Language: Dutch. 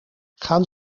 gaan